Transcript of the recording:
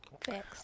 Thanks